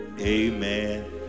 amen